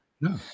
No